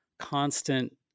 constant